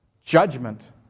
judgment